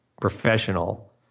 professional